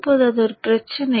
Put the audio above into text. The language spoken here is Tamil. இப்போது அது ஒரு பிரச்சினை